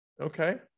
Okay